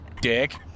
Dick